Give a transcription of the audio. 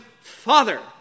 father